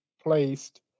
placed